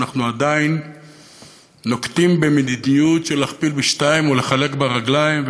אנחנו עדיין נוקטים מדיניות של להכפיל בשניים ולחלק ברגליים,